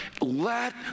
Let